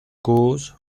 cause